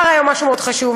הוא אמר היום משהו מאוד חשוב,